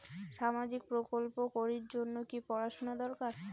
সামাজিক প্রকল্প করির জন্যে কি পড়াশুনা দরকার?